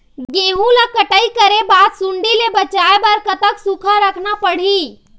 गेहूं ला कटाई करे बाद सुण्डी ले बचाए बर कतक सूखा रखना पड़ही?